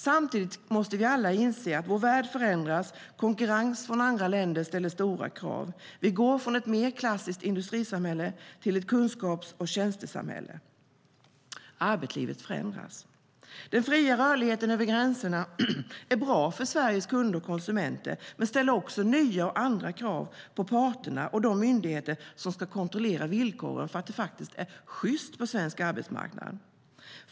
Samtidigt måste vi alla inse att vår värld förändras. Konkurrensen från andra länder ställer stora krav. Vi går från ett mer klassiskt industrisamhälle till ett kunskaps och tjänstesamhälle. Arbetslivet förändras. Den fria rörligheten över gränserna är bra för Sveriges kunder och konsumenter men ställer också nya och andra krav på parterna och de myndigheter som ska kontrollera att villkoren på den svenska arbetsmarknaden är sjysta.